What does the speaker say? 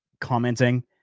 commenting